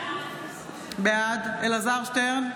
בעד אלעזר שטרן,